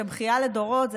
זה בכייה לדורות.